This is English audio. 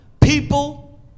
People